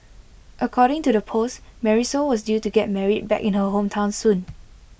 according to the post Marisol was due to get married back in her hometown soon